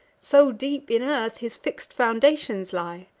so deep in earth his fix'd foundations lie.